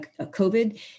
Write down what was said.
COVID